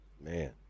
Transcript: Man